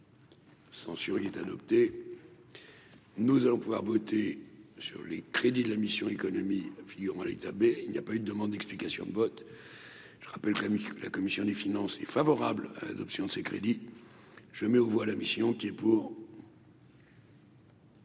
Censure il est adopté, nous allons pouvoir voter sur les crédits de la mission Économie figurant à l'état B il n'y a pas eu de demande d'explication de vote je rappelle pas la commission des finances, est favorable à l'adoption de ces crédits, je mets aux voix la mission qui est pour.